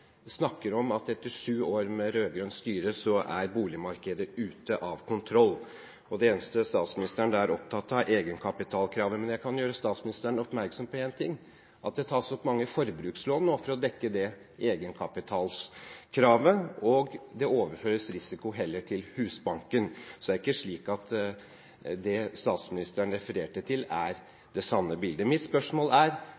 snakker om at etter sju år med rød-grønt styre er boligmarkedet ute av kontroll, og det eneste statsministeren da er opptatt av, er egenkapitalkravet. Men jeg kan gjøre statsministeren oppmerksom på én ting, at det nå tas opp mange forbrukslån for å dekke det egenkapitalkravet, og det overføres risiko heller til Husbanken. Så det er ikke slik at det som statsministeren refererte til,